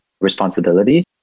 responsibility